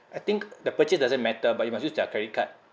I think the purchase doesn't matter but you must use their credit card